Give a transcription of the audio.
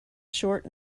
short